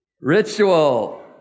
Ritual